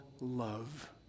love